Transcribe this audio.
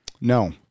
No